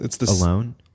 alone